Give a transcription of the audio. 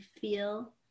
feel